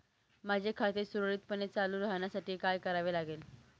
माझे खाते सुरळीतपणे चालू राहण्यासाठी काय करावे लागेल?